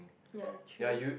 ya true